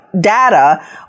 data